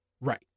Right